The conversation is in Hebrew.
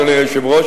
אדוני היושב ראש,